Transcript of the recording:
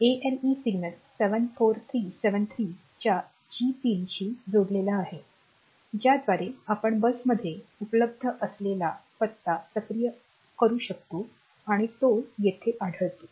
ALE signal 74373 च्या G पिनशी जोडलेला आहे ज्याद्वारे आपण बसमध्ये उपलब्ध असलेला पत्ता सक्रिय करू शकतो आणि तो येथे आढळतो